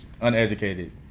uneducated